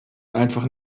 einfach